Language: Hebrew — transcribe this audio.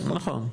כן, נכון.